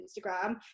Instagram